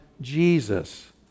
Jesus